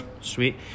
Sweet